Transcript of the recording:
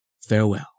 Farewell